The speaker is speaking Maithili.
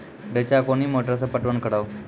रेचा कोनी मोटर सऽ पटवन करव?